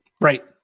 Right